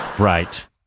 Right